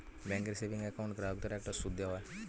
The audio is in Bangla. ব্যাঙ্কের সেভিংস অ্যাকাউন্ট গ্রাহকদের একটা সুদ দেওয়া হয়